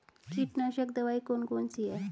कीटनाशक दवाई कौन कौन सी हैं?